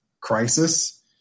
crisis